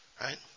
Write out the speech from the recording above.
right